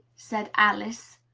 said alice,